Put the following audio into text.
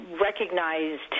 recognized